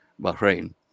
Bahrain